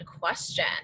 question